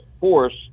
force